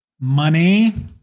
money